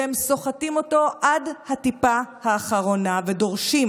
והם סוחטים אותו עד הטיפה האחרונה ודורשים